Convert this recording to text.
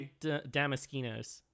Damaskinos